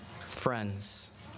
Friends